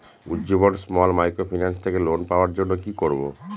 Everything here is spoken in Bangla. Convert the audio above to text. উজ্জীবন স্মল মাইক্রোফিন্যান্স থেকে লোন পাওয়ার জন্য কি করব?